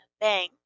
bang